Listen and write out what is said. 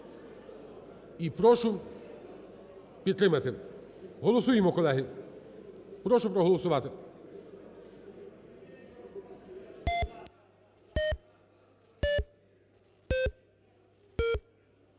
і прошу підтримати. Голосуємо, колеги. Прошу проголосувати.